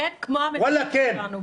וואלה כן.